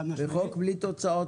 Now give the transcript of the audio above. וחוק בלתי תוצאות,